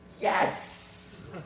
Yes